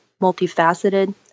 multifaceted